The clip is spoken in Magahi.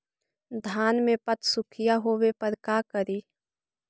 धान मे पत्सुखीया होबे पर का करि?